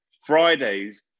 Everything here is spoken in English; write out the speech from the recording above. Fridays